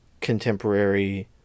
contemporary